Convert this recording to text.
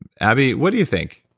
and abby, what do you think?